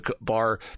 bar